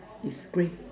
is grey